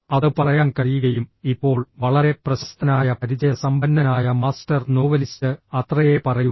അത് പറയാൻ കഴിയുകയും ഇപ്പോൾ വളരെ പ്രശസ്തനായ പരിചയസമ്പന്നനായ മാസ്റ്റർ നോവലിസ്റ്റ് അത്രയേ പറയൂ